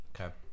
Okay